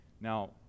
Now